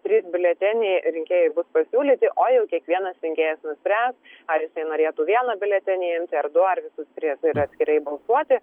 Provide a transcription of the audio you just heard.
trys biuleteniai rinkėjui bus pasiūlyti o jau kiekvienas rinkėjas nuspręs ar jisai norėtų vieną biuletenį imti ar du ar visus tris ir atskirai balsuoti